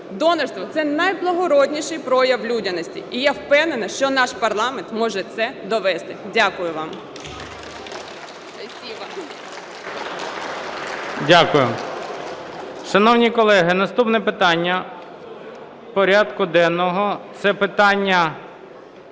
Донорство – це найблагородніший прояв людяності і я впевнена, що наш парламент може це довести. Дякую вам.